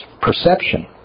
perception